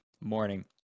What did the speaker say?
morning